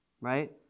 Right